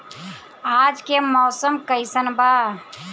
आज के मौसम कइसन बा?